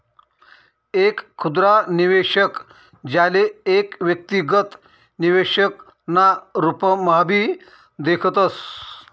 एक खुदरा निवेशक, ज्याले एक व्यक्तिगत निवेशक ना रूपम्हाभी देखतस